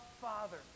Father